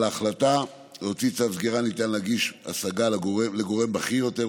על ההחלטה להוציא צו סגירה ניתן להגיש השגה לגורם בכיר יותר,